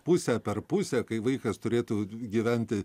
pusę per pusę kai vaikas turėtų gyventi